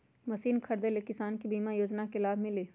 Machine खरीदे ले किसान के बीमा योजना के लाभ मिली?